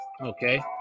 Okay